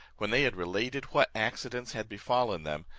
when they had related what accidents had befallen them,